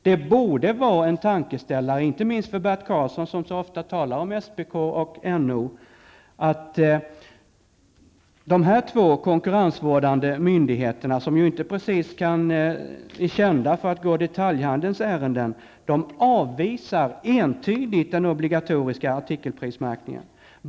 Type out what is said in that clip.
Det borde vara en tankeställare -- inte minst för Bert Karlsson, som så ofta talar om SPK och NO -- att de båda konkurrensvårdande myndigheterna, som inte är kända för att gå detaljhandelns ärenden, entydigt avvisar den obligatoriska artikelprismärkningen.